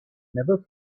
never